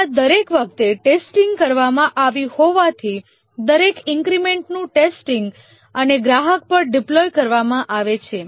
આ દરેક વખતે ટેસ્ટિંગ કરવામાં આવ્યું હોવાથી દરેક ઈન્ક્રિમેન્ટનું ટેસ્ટિંગ અને ગ્રાહક સાઇટ પર ડિપ્લોય કરવામાં આવે છે